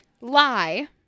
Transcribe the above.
Lie